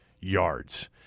yards